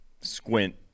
squint